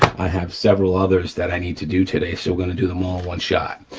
i have several others that i need to do today. so we're gonna do them all one-shot,